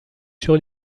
sur